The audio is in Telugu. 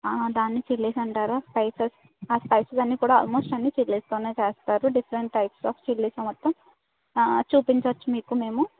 దాన్ని చిల్లీస్ అంటారు స్పైసెస్ స్పైసీవి అన్ని కూడా ఆల్మోస్ట్ చిల్లిస్ తోనే చేస్తారు డిఫరెంట్ టైప్స్ ఆఫ్ చిల్లీస్ మొత్తం చూపించవచ్చు మీకు మేము